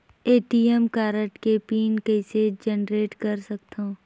ATM card के PIN कइसे generate कर सकथव?